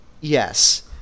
Yes